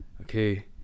okay